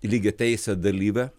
lygiateisę dalyvę